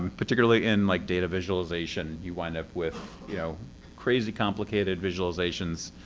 but particularly in, like, data visualization. you wind up with you know crazy complicated visualizations,